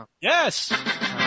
Yes